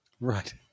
Right